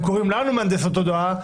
הם קוראים לנו מהנדסי תודעה,